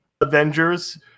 avengers